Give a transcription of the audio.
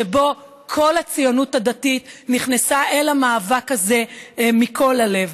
שבו כל הציונות הדתית נכנסה אל המאבק הזה מכל הלב.